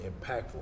impactful